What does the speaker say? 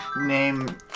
name